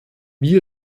wie